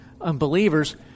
Unbelievers